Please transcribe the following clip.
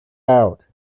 out